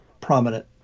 prominent